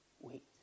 wait